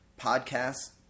podcasts